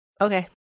Okay